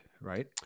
right